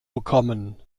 bekommen